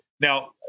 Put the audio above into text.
now